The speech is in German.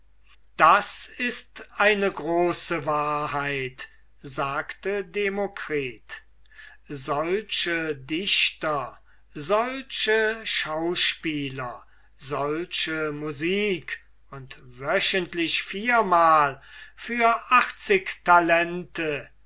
das ist eine große wahrheit sagte demokritus solche dichter solche schauspieler solche musik und wöchentlich viermal für achtzig talente